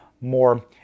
more